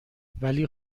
ولی